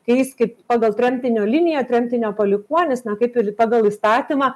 kai jis kaip pagal tremtinio liniją tremtinio palikuonis na kaip ir pagal įstatymą